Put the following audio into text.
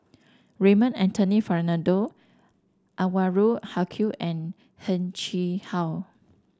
Raymond Anthony Fernando Anwarul Haque and Heng Chee How